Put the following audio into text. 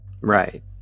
Right